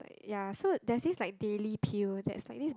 ya so there's this like daily peel that's like this